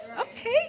Okay